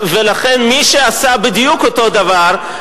מי שעשה בדיוק אותו הדבר,